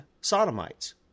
sodomites